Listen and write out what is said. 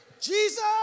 Jesus